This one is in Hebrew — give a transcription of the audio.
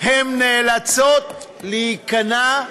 הן נאלצות להיכנע,